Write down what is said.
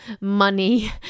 money